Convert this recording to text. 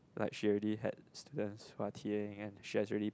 like she already had far T_A and she has already